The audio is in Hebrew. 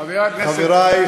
חבר הכנסת עיסאווי,